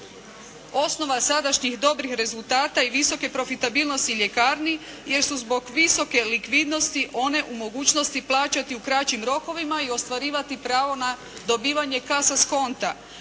osnova sadašnjih dobrih rezultata i visoke profitabilnosti ljekarni jer su zbog visoke likvidnosti one u mogućnosti plaćati u kraćim rokovima i ostvarivati pravo na dobivanje "casa sconto".